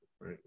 Right